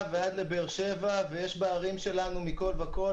ועד באר-שבע ויש בערים שלנו מכול וכול.